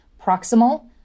proximal